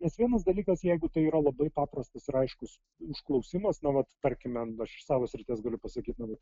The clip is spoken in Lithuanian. nes vienas dalykas jeigu tai yra labai paprastas ir aiškus užklausimas na vat tarkime aš iš savo srities galiu pasakyt na vat